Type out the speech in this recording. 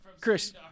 Chris